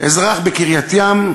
אזרח בקריית-ים,